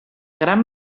gran